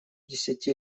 десяти